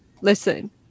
Listen